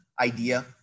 idea